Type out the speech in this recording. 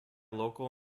local